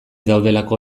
daudelako